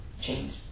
change